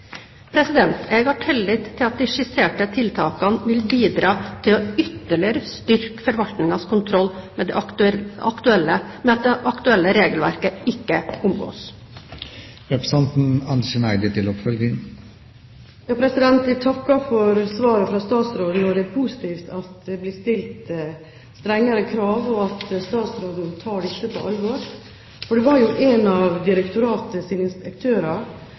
Jeg har tillit til at de skisserte tiltakene vil bidra til ytterligere å styrke forvaltningens kontroll med at det aktuelle regelverket ikke omgås. Jeg takker for svaret fra statsråden. Det er positivt at det blir stilt strengere krav, og at statsråden tar dette på alvor. Det var en av